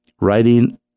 writing